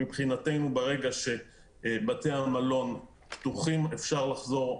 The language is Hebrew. מבחינתנו ברגע שבתי המלון יהיו פתוחים אפשר לחזור.